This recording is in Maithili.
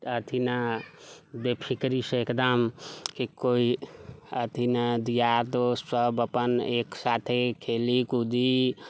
अथि न बेफिकरीसँ एकदम कि कोइ अथि न दियाद दोस्त सभ अपन एक साथे खेली कूदी